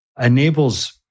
enables